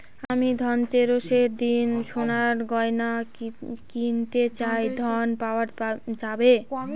আমি ধনতেরাসের দিন সোনার গয়না কিনতে চাই ঝণ পাওয়া যাবে?